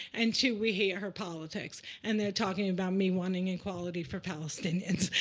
and two, we hate her politics. and they're talking about me wanting equality for palestinians.